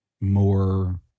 more